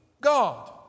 God